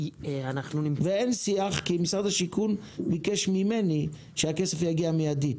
ואין שיח כי משרד השיכון ביקש ממני שהכסף יגיע מידית